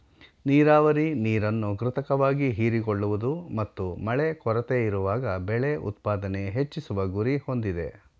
ನೀರಾವರಿ ನೀರನ್ನು ಕೃತಕವಾಗಿ ಹೀರಿಕೊಳ್ಳುವುದು ಮತ್ತು ಮಳೆ ಕೊರತೆಯಿರುವಾಗ ಬೆಳೆ ಉತ್ಪಾದನೆ ಹೆಚ್ಚಿಸುವ ಗುರಿ ಹೊಂದಿದೆ